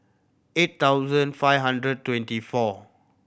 eight thousand five hundred twenty four